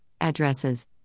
addresses